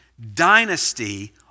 dynasty